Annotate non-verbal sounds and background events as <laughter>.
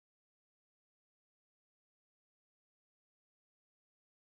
<unintelligible>